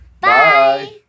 Bye